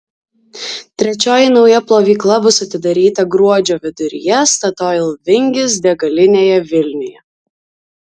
trečioji nauja plovykla bus atidaryta gruodžio viduryje statoil vingis degalinėje vilniuje